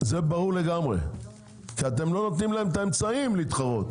זה ברור לגמרי כי אתם לא נותנים להם את האמצעים להתחרות.